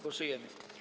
Głosujemy.